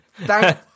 Thank